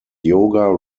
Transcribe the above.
yoga